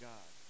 God